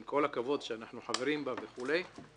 עם כל הכבוד שאנחנו חברים בה וכו',